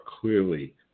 clearly